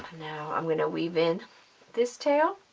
i'm going to weave in this tale.